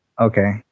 Okay